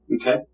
Okay